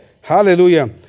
Hallelujah